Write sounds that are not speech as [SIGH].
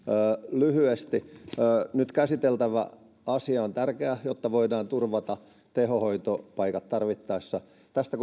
lyhyesti nyt käsiteltävä asia on tärkeä jotta voidaan turvata tehohoitopaikat tarvittaessa tästä [UNINTELLIGIBLE]